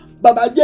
Baba